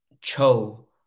Cho